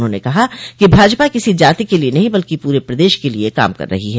उन्होंने कहा कि भाजपा किसी जाति के लिये नहीं बल्कि पूरे प्रदेश के लिये काम कर रही है